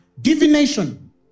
divination